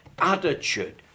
attitude